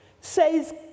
Says